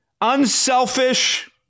unselfish